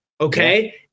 okay